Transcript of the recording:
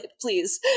please